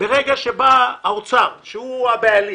ברגע שבא האוצר, שהוא כאילו הבעלים,